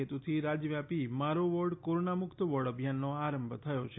હેતુથી રાજ્યવ્યાપી મારો વોર્ડ કોરોના મુક્ત વોર્ડ અભિયાનનો આરંભ થયો છે